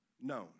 known